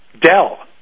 Dell